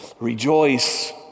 rejoice